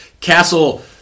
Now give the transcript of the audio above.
Castle